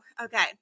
Okay